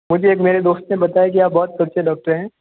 मुझे एक मेरे दोस्त ने बताया की आप बहुत अच्छे डॉक्टर हैं